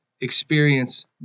experience